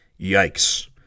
Yikes